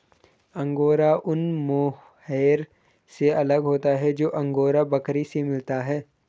angora ऊन mohair से अलग होता है जो अंगोरा बकरी से मिलता है